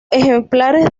ejemplares